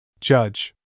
Judge